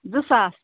زٕ ساس